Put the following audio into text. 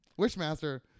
Wishmaster